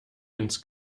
ins